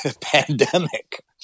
pandemic